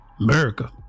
America